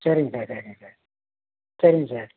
சரிங்க சார் சரிங்க சார் சரிங்க சார்